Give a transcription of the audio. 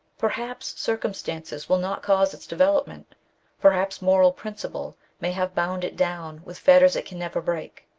perhaps circumstances will not cause its development perhaps moral principle may have bound it down with fetters it can never break.